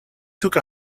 took